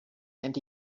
and